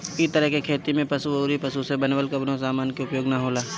इ तरह के खेती में पशु अउरी पशु से बनल कवनो समान के उपयोग ना होला